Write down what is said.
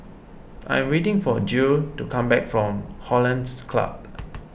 I am waiting for Jule to come back from Hollandse Club